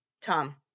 Tom